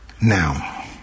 now